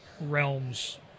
realms